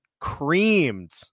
creamed